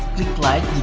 click like